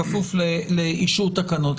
בכפוף לאישור תקנות.